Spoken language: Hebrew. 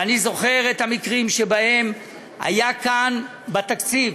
ואני זוכר את המקרים שבהם היה כאן בתקציב,